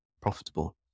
profitable